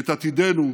את עתידנו,